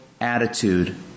attitude